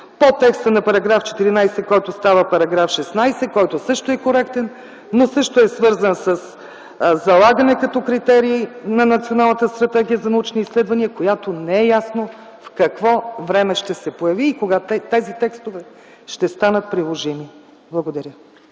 по текста на § 14, който става § 16, който също е коректен, но също е свързан със залагане като критерии на националната стратегия за научни изследвания, която не е ясно в какво време ще се появи и кога тези текстове ще станат приложими. Благодаря.